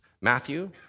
Matthew